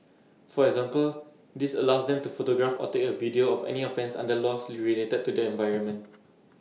for example this allows them to photograph or take A video of any offence under laws related to the environment